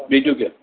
બીજું કહો